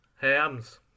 Hams